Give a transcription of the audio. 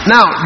Now